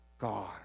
God